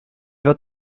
wird